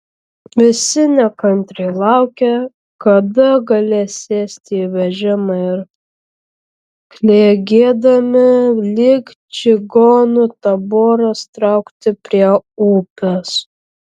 visi nekantriai laukė kada galės sėsti į vežimą ir klegėdami lyg čigonų taboras traukti prie upės